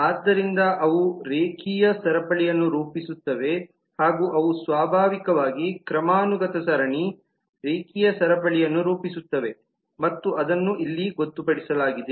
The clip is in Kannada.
ಆದ್ದರಿಂದ ಅವು ರೇಖೀಯ ಸರಪಳಿಯನ್ನು ರೂಪಿಸುತ್ತವೆ ಹಾಗು ಅವು ಸ್ವಾಭಾವಿಕವಾಗಿ ಕ್ರಮಾನುಗತ ಸರಣಿರೇಖೀಯ ಸರಪಳಿಯನ್ನು ರೂಪಿಸುತ್ತವೆ ಮತ್ತು ಇದನ್ನು ಇಲ್ಲಿ ಗೊತ್ತುಪಡಿಸಲಾಗಿದೆ